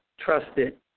trusted